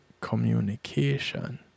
communication